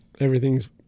Everything's